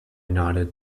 nodded